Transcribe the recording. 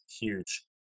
huge